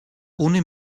ohne